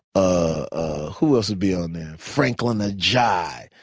ah who else would be on there? franklyn ajaye.